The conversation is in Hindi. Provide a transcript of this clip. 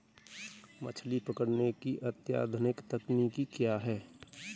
मछली पकड़ने की अत्याधुनिक तकनीकी क्या है?